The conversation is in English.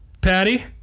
Patty